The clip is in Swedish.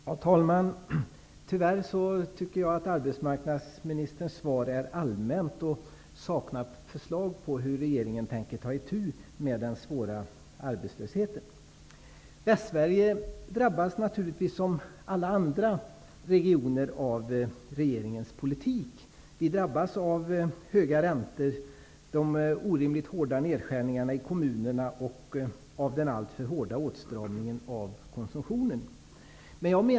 Herr talman! Jag tycker att arbetsmarknadsministerns svar är allmänt och saknar förslag om hur regeringen tänker ta itu med den svåra arbetslösheten. Västsverige drabbas naturligtvis, som alla andra regioner, av regeringens politik. Vi drabbas av höga räntor, av de orimligt hårda nedskärningarna i kommunerna och av den alltför hårda åtstramningen av konsumtionen.